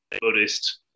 Buddhist